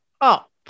up